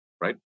right